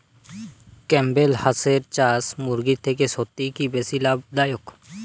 Campbell হাঁসের চাষ মুরগির থেকে সত্যিই কি বেশি লাভ দায়ক?